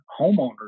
homeowners